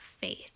faith